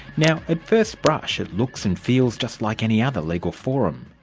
now at first brush, it looks and feels just like any other legal forum.